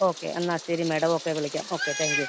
okay എന്നാൽ ശരി madam okay വിളിക്കാം ഓക്കെ താങ്ക് യു